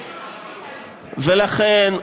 ולכן,